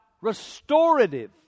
restorative